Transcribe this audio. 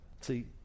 See